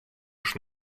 już